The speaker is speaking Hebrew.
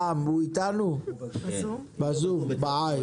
"או אוכל או תרופות או לצאת מהבית".